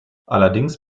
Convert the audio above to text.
allerdings